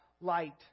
light